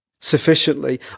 sufficiently